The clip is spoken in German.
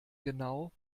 genau